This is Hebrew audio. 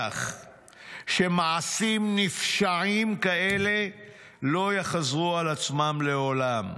שמעשים נפשעים כאלה לא יחזרו על עצמם לעולם.